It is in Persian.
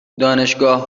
دانشگاه